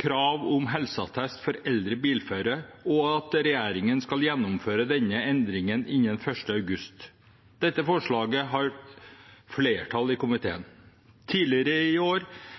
krav om helseattest for eldre bilførere, og at regjeringen skal gjennomføre denne endringen innen 1. august. Dette forslaget har flertall i komiteen. Tidligere i år